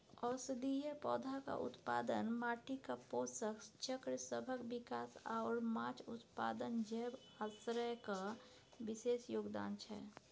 औषधीय पौधाक उत्पादन, माटिक पोषक चक्रसभक विकास आओर माछ उत्पादन जैव आश्रयक विशेष योगदान छै